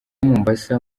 mombasa